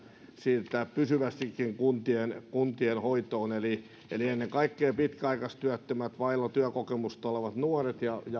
siirtää pysyvästikin kuntien kuntien hoitoon eli eli ennen kaikkea pitkäaikaistyöttömät vailla työkokemusta olevat nuoret ja